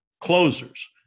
closers